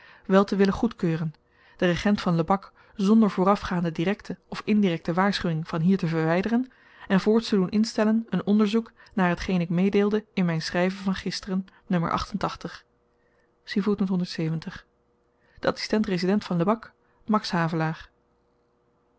voorstel wel te willen goedkeuren den regent van lebak zonder voorafgaande direkte of indirekte waarschuwing van hier te verwyderen en voorts te doen instellen een onderzoek naar hetgeen ik meedeelde in myn schryven van gisteren de adsistent resident van lebak max